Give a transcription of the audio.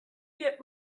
get